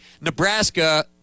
Nebraska